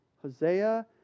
Hosea